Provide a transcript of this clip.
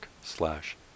slash